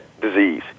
disease